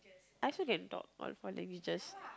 I also can talk what what languages